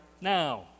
now